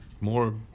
more